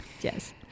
Yes